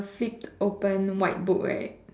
seat open white book right